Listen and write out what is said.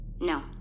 No